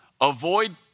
Avoid